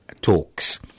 talks